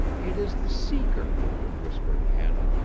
it is the seeker whispered hannah,